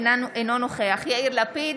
אינו נוכח יאיר לפיד,